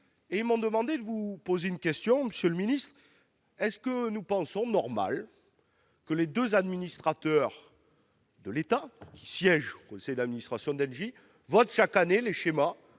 qui m'ont demandé de vous poser une question, monsieur le ministre : trouvez-vous normal que les deux administrateurs de l'État qui siègent au conseil d'administration votent chaque année les schémas